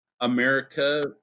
America